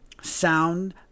sound